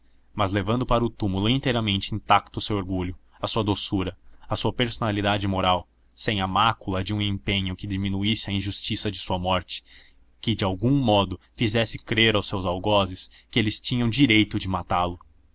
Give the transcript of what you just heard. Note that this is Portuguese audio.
mas levando para o túmulo inteiramente intacto o seu orgulho a sua doçura a sua personalidade moral sem a mácula de um empenho que diminuísse a injustiça de sua morte que de algum modo fizesse crer aos seus algozes que eles tinham direito de matá-lo